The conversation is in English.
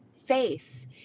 faith